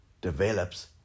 develops